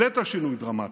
הבאת שינוי דרמטי,